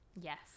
Yes